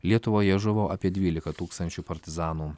lietuvoje žuvo apie dvylika tūkstančių partizanų